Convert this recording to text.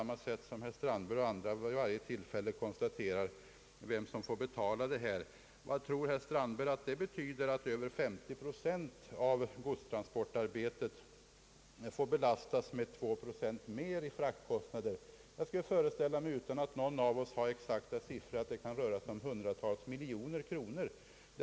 Det är en kostnadsökning som vi alla får betala. Vad tror herr Strandberg att det betyder att över hälften av godstransporterna belastas med ytterligare 2 procent i fraktkostnader? Utan att ha tillgång till några exakta siffror skulle jag föreställa mig att det kan röra sig om hundratals miljoner kronor.